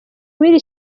w’iri